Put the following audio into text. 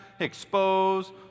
expose